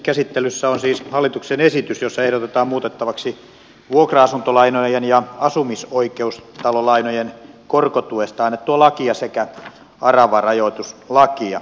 käsittelyssä on siis hallituksen esitys jossa ehdotetaan muutettavaksi vuokra asuntolainojen ja asumisoikeustalolainojen korkotuesta annettua lakia sekä aravarajoituslakia